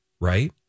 right